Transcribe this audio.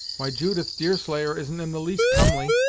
why, judith, deerslayer isn't in the least comely,